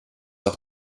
auch